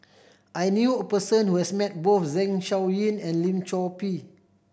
I knew a person who has met both Zeng Shouyin and Lim Chor Pee